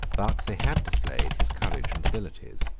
but they had displayed his courage and abilities.